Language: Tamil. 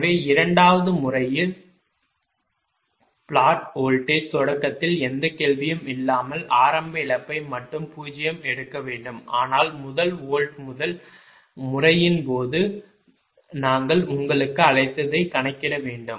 எனவே இரண்டாவது முறையில் பிளாட் வோல்டேஜ் தொடக்கத்தில் எந்த கேள்வியும் இல்லாமல் ஆரம்ப இழப்பை மட்டும் 0 எடுக்க வேண்டும் ஆனால் முதல் வோல்ட் முதல் முறையின் போது நாங்கள் உங்களுக்கு அழைத்ததை கணக்கிட வேண்டும்